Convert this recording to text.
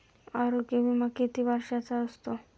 आरोग्य विमा किती वर्षांचा असतो?